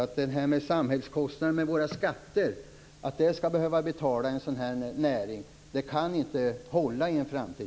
Att våra skatter behöver betala en sådan här näring håller inte i en framtid.